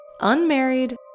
unmarried